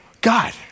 God